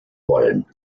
wollen